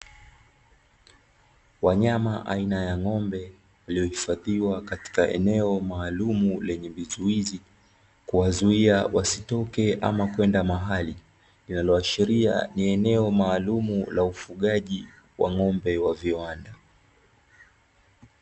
Wanyama aina ya ng'ombe waliohifadhiwa katika eneo maalumu lenye vizuizi, kuwazuia wasitoke ama kwenda mahali, linaloashiria ni eneo maalumu la ufugaji wa ng'ombe wa viwanda.